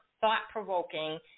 thought-provoking